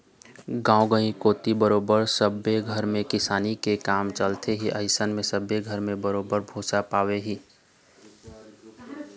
गाँव गंवई कोती बरोबर सब्बे घर म किसानी के काम चलथे ही अइसन म सब्बे घर म बरोबर भुसा पाबे ही